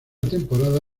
temporada